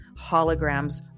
holograms